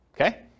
Okay